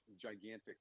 gigantic